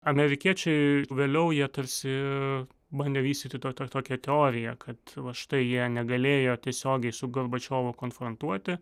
amerikiečiai vėliau jie tarsi bandė vystyti tą tą tokią teoriją kad va štai jie negalėjo tiesiogiai su gorbačiovu konfrontuoti